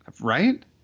Right